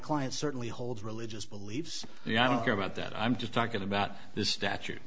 client certainly holds religious beliefs and i don't care about that i'm just talking about this statu